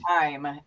time